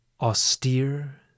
austere